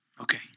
Okay